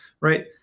right